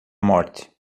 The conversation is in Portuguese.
morte